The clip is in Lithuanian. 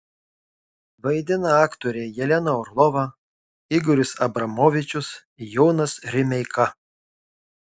vaidina aktoriai jelena orlova igoris abramovičius jonas rimeika